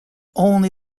only